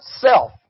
self